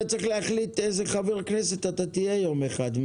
אתה צריך להחליט איזה חבר כנסת תהיה יום אחד.